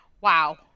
Wow